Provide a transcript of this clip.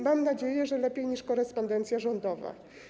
Mam nadzieję, że lepiej niż korespondencja rządowa.